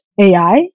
AI